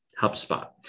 HubSpot